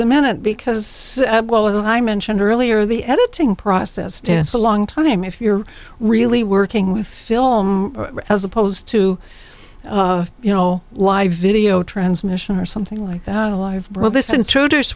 the minute because well as i mentioned earlier the editing process stands a long time if you're really working with film as opposed to you know live video transmission or something like that alive well this intr